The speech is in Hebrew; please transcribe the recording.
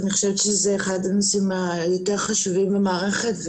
אני חושבת שזה אחד הנושאים היותר חשובים במערכת,